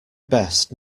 best